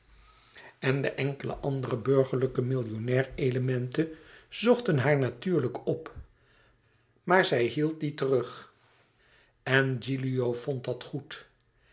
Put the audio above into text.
en de enkele andere burgerlijke millionair elementen zochten haar natuurlijk op maar zij hield die terug en gilio vond dat goed